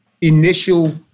initial